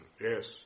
Yes